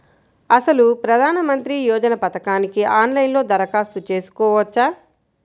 అసలు ప్రధాన మంత్రి యోజన పథకానికి ఆన్లైన్లో దరఖాస్తు చేసుకోవచ్చా?